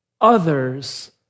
others